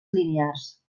linears